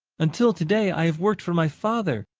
until today i have worked for my father.